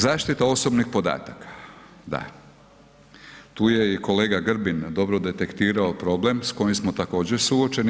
Zaštita osobnih podataka, da, tu je i kolega Grbin dobro detektirao problem s kojim smo također suočeni.